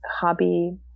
hobby